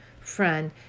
friend